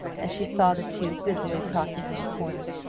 as she saw the two busily talking in a corner,